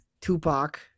Tupac